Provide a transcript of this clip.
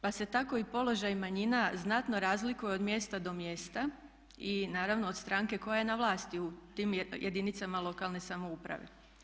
Pa se tako i položaj manjina znatno razliku od mjesta do mjesta i naravno od stranke koja je na vlasti u tim jedinicama lokalne samouprave.